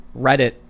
Reddit